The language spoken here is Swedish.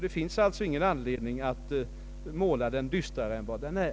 Det finns alltså inte någon an ledning att måla den dystrare än den är.